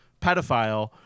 pedophile –